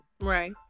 Right